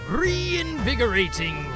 reinvigorating